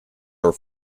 are